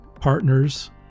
partners